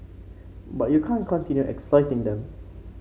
but you can't continue exploiting them